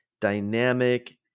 dynamic